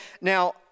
Now